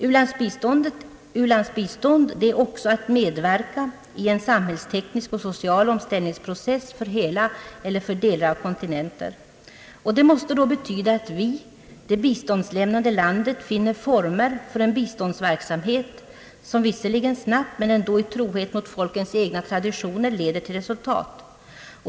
U-landsbistånd är också att medverka i en samhällsteknisk och social omställningsprocess för hela eller delar av kontinenter. Det måste då betyda att vi — det biståndslämnande landet — finner former för en biståndsverksamhet som visserligen snabbt men ändå i trohet mot folkens egna traditioner l1eder till resultat.